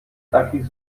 takich